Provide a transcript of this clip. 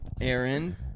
Aaron